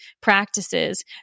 practices